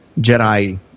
Jedi